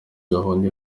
gahunda